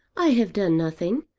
i have done nothing.